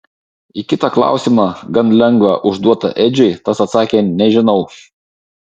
į kitą klausimą gan lengvą užduotą edžiui tas atsakė nežinau